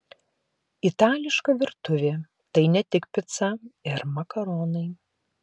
itališka virtuvė tai ne tik pica ir makaronai